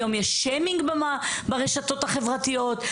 היום יש שיימינג ברשתות החברתיות,